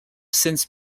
since